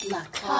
Luck